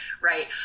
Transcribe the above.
right